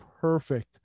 perfect